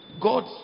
God